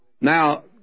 Now